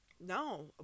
No